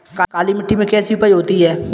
काली मिट्टी में कैसी उपज होती है?